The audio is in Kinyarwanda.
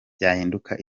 byahinduka